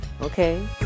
Okay